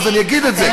אז אני אגיד את זה.